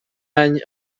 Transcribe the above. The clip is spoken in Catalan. any